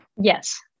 Yes